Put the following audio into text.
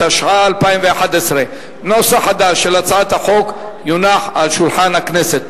התשע"א 2011. נוסח חדש של הצעת החוק יונח על שולחן הכנסת.